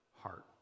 heart